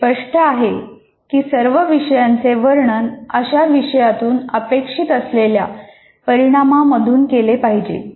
हे स्पष्ट आहे की सर्व विषयांचे वर्णन अशा विषयातून अपेक्षित असलेल्या परिणाम मधून केले पाहिजे